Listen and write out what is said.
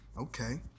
okay